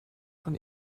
von